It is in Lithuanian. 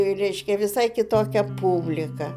reiškia visai kitokia publika